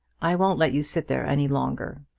i won't let you sit there any longer.